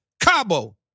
Cabo